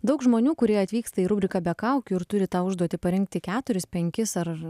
daug žmonių kurie atvyksta į rubriką be kaukių ir turi tą užduotį parengti keturis penkis ar